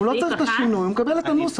הוא לא צריך את השינוי, הוא מקבל את הנוסח.